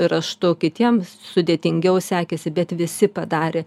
raštu kitiems sudėtingiau sekėsi bet visi padarė